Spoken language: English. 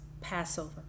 Passover